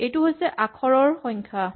এইটো হৈছে আখৰৰ সংখ্যা